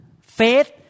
faith